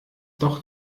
doch